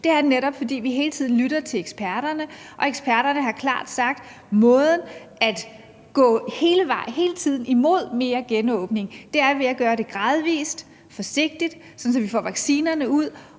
er, at vi hele tiden lytter til eksperterne, og eksperterne har klart sagt, at måden, hvorpå vi hele tiden kan gå mod at få mere genåbning, er at gøre det gradvis og forsigtigt, så vi får vaccinerne ud